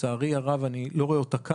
לצערי הרב אני לא רואה אותה כאן,